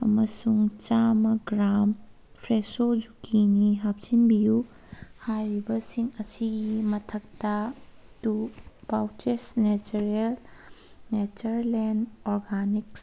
ꯑꯃꯁꯨꯡ ꯆꯥꯃ gram Fresho zucchini ꯍꯥꯞꯆꯤꯟꯕꯤꯌꯨ ꯍꯥꯏꯔꯤꯕꯁꯤꯡ ꯑꯁꯤꯒꯤ ꯃꯊꯛꯇ ꯇꯨ ꯄꯥꯎꯆꯦꯁ ꯅꯦꯆꯔꯦꯜ ꯅꯦꯆꯔꯂꯦꯟ ꯑꯣꯔꯒꯥꯅꯤꯛꯁ